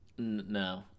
no